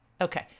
Okay